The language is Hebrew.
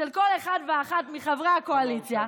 של כל אחד ואחת מחברי הקואליציה,